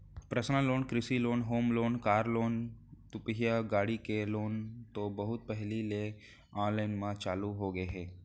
personal loan, कृषि loan, home loan, car loan, दुपहिया गाड़ी के लोन तो बहुत पहिली ले आनलाइन म चालू होगे हे